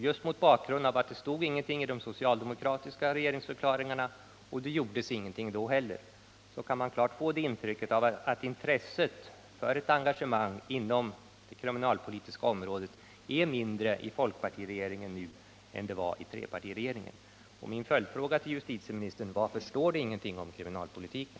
Just mot bakgrund av att det inte stod någonting i de socialdemokratiska regeringsförklaringarna och att det då inte heller gjordes något kan man klart få intrycket att intresset för ett engagemang inom det kriminalpolitiska området är mindre i folkpartiregeringen än det var i trepartiregeringen.